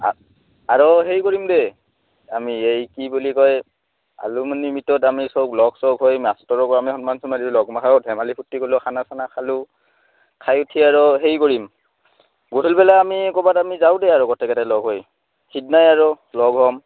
আৰু সেই কৰিম দে আমি এই কি বুলি কয় এলুমিনি মিটত আমি চব লগ চক হৈ মাষ্টৰকো আমি সন্মান চন্মান দিওঁ যদি লগমাখাও ধেমালি ফূৰ্তি কৰিলোঁ খানা চানা খালোঁ খাই উঠি আৰু হেৰি কৰিম গধূলিবেলা আমি ক'ৰবাত আমি যাওঁ দে আৰু গোটেইকেইটাই লগ হৈ সিদনাই আৰু লগ হ'ম